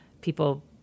people